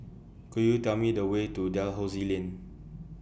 Could YOU Tell Me The Way to Dalhousie Lane